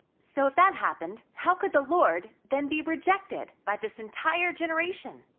so if that happened, how could the lord then be rejected by this entire generation?